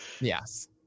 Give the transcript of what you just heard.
yes